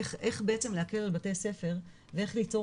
איך בעצם להקל על בתי ספא ואיך ליצור